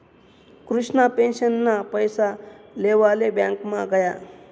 कृष्णा पेंशनना पैसा लेवाले ब्यांकमा गया